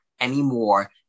anymore